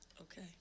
okay